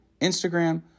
Instagram